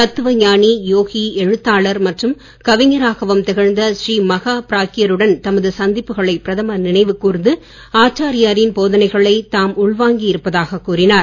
தத்துவ ஞானி யோகி எழுத்தாளர் மற்றும் கவிஞராகவும் திகழ்ந்த பூரீ மகா பிராக்ய ருடன் தமது சந்திப்புகளை பிரதமர் நினைவு கூர்ந்து ஆச்சாரியாரின் போதனைகளை தாம் உள்வாங்கி இருப்பதாகக் கூறினார்